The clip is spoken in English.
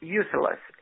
useless